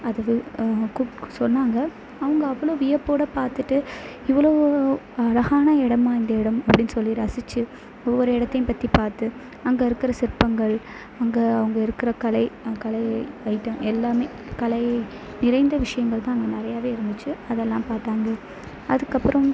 அதுவே சொன்னாங்க அவங்கள் அவ்வளோ வியப்போடு பார்த்துட்டு இவ்வளோ அழகான இடமா இந்த இடம் அப்படின்னு சொல்லி ரசித்து ஒவ்வொரு இடத்தையும் பற்றி பார்த்து அங்கே இருக்கிற சிற்பங்கள் அங்கே அவங்கள் இருக்கிற கலை கலை ஐட்டம் எல்லாம் கலை நிறைந்த விஷயங்கள் தான் அங்கே நிறையவே இருந்துச்சு அதெல்லாம் பார்த்தாங்க அதுக்கு அப்பறம்